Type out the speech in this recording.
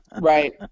Right